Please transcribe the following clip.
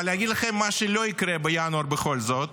אבל להגיד לכם מה שלא יקרה בינואר בכל זאת,